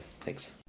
Thanks